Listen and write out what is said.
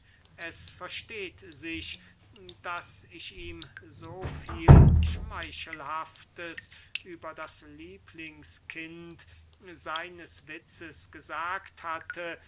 es versteht sich daß ich ihm so viel schmeichelhaftes über das lieblingskind seines witzes gesagt hatte